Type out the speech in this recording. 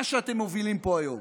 מה שאתם מובילים פה היום